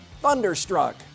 thunderstruck